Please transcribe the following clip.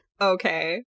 Okay